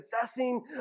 possessing